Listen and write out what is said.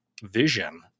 vision